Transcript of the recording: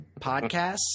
podcasts